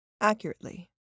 accurately